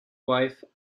wife